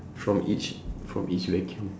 from each from each vacuum